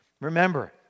Remember